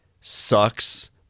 sucks